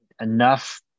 enough